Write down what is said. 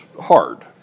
hard